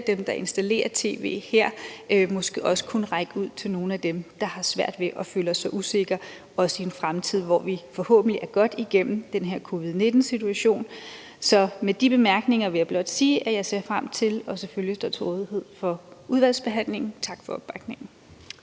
dem, der installerer tv, måske også kunne række ud til nogle af dem, der har svært ved det og føler sig usikre, også i en fremtid, hvor vi forhåbentlig er godt igennem den her covid-19-situation. Med de bemærkninger vil jeg blot sige, at jeg ser frem til og selvfølgelig står til rådighed under udvalgsbehandlingen. Tak for opbakningen.